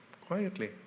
Quietly